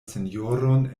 sinjoron